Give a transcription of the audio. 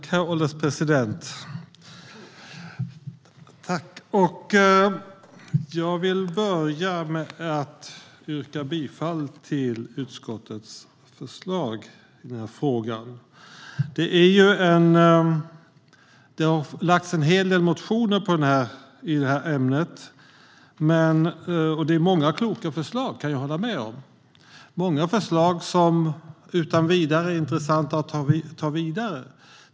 Herr ålderspresident! Jag vill börja med att yrka bifall till utskottets förslag i frågan. Det har lagts fram en hel del motioner i ämnet. Jag kan hålla med om att det är många kloka förslag. Många förslag är intressanta att ta vidare.